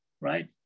right